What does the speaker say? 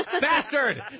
Bastard